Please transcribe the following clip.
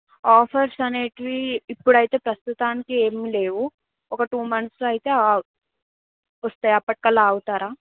offers అనేవి ఇప్పుడు అయితే ప్రస్తుతానికి ఏమీ లేవు ఒక టూ మంత్స్లో అయితే వస్తాయి అప్పటికల్లా ఆగుతారా